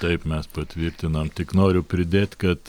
taip mes patvirtinam tik noriu pridėt kad